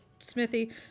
Smithy